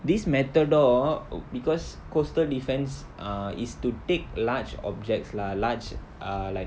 this matador because coastal defence ah is to take large objects lah large ah like